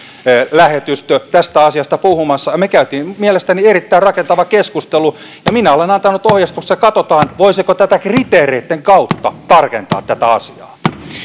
lähetystö tästä asiasta puhumassa me kävimme mielestäni erittäin rakentavan keskustelun ja minä olen antanut ohjeistuksen että katsotaan voisiko tätä asiaa kriteereitten kautta tarkentaa